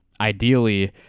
ideally